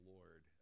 Lord